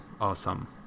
awesome